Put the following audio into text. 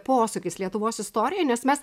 posūkis lietuvos istorijoj nes mes